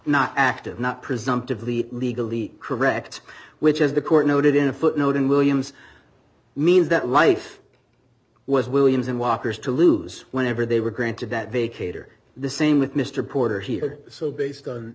not active not presumptively legally correct which is the court noted in a footnote in williams means that life was williams and walker's to lose whenever they were granted that they cater the same with mr porter here so based on